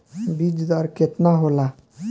बीज दर केतना होला?